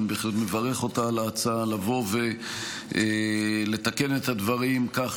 ואני בהחלט מברך אותה על ההצעה לבוא ולתקן את הדברים כך